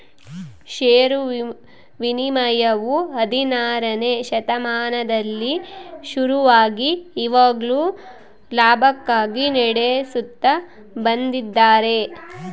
ಷೇರು ವಿನಿಮಯವು ಹದಿನಾರನೆ ಶತಮಾನದಲ್ಲಿ ಶುರುವಾಗಿ ಇವಾಗ್ಲೂ ಲಾಭಕ್ಕಾಗಿ ನಡೆಸುತ್ತ ಬಂದಿದ್ದಾರೆ